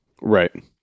Right